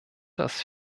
das